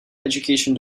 education